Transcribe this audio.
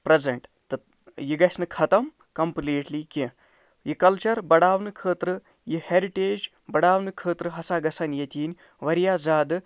present تہٕ یہِ گژھِ نہٕ ختم کَمپُلیٖٹلی کیٚنٛہہ یہِ کَلچَر بڈاونہٕ خٲطرٕ یہِ ہیرِٹیج بڈاونہٕ خٲطرٕ ہسا گژھَن ییٚتہِ یِنۍ واریاہ زیادٕ